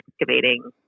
excavating